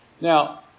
Now